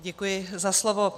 Děkuji za slovo.